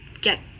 get